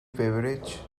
beverage